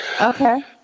Okay